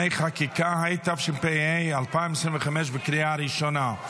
(תיקוני חקיקה), התשפ"ה 2025, בקריאה הראשונה.